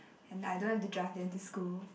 and I don't have to drive them to school